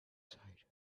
side